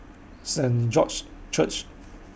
Saint George's Church